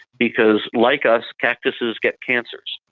because, like us, cactuses get cancers.